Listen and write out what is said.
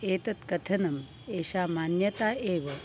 एतत् कथनम् एषा मान्यता एव